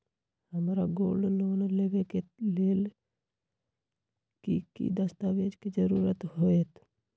हमरा gold loan लेबे के लेल कि कि दस्ताबेज के जरूरत होयेत?